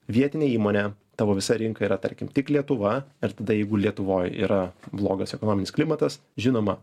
vietinė įmonė tavo visa rinka yra tarkim tik lietuva ir tada jeigu lietuvoj yra blogas ekonominis klimatas žinoma